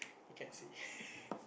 we can't see